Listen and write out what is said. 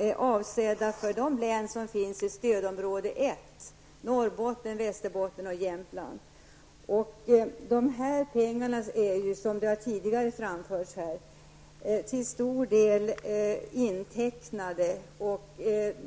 är avsedda för de län som finns i stödområde 1 -- Norrbotten, Västerbotten och Jämtland. De pengarna är, som tidigare framförts, till stor del intecknade.